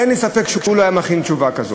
אין לי ספק שהוא לא היה מכין תשובה כזאת.